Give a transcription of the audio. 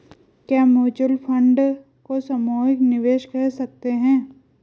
क्या mutual fund को सामूहिक निवेश कह सकते हैं?